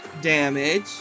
damage